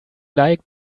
like